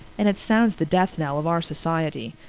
and it sounds the death knell of our society.